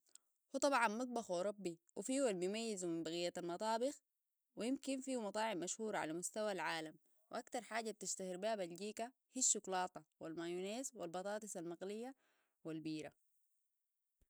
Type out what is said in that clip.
وطبعا مطبخ اوربي وفيهو اللي بيميزه من بقيه المطابخ ويمكن فيهو مطاعم مشهورة على مستوى العالم واكتر حاجة بتشتهر باب بلجيكا هي الشوكولاتة والمايونيز والبطاطس المقلية والبيرة